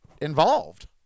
involved